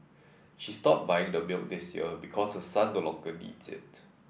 she stopped buying the milk this year because her son no longer needs it